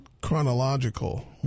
chronological